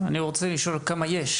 אני רוצה לשאול, כמה יש?